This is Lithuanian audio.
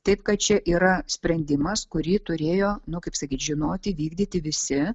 taip kad čia yra sprendimas kurį turėjo nu kaip sakyt žinoti vykdyti visi